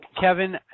Kevin